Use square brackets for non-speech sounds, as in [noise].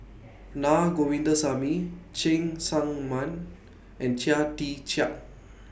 [noise] Naa Govindasamy Cheng Tsang Man and Chia Tee Chiak